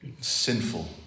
Sinful